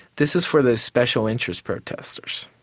this is for those special interest protesters.